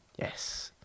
Yes